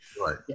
right